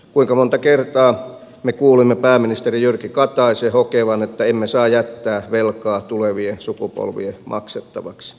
kuinka monta kertaa me kuulimme pääministeri jyrki kataisen hokevan että emme saa jättää velkaa tulevien sukupolvien maksettavaksi